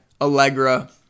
Allegra